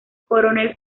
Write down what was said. coronel